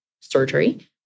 surgery